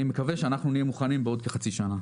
אני מקווה שנהיה מוכנים בעוד כחצי שנה.